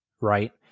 right